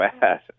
bad